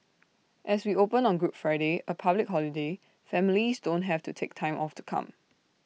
as we open on good Friday A public holiday families don't have to take time off to come